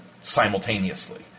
simultaneously